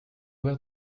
verre